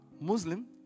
Muslim